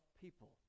people